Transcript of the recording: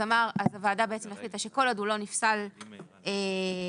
הוועדה החליטה שכל עוד הוא לא נפסל לנהיגה,